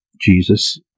Jesus